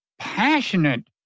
passionate